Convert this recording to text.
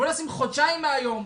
בואו נשים חודשיים מהיום,